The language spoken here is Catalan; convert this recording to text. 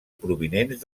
provinents